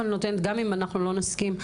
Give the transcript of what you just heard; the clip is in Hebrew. גם אם לא נסכים,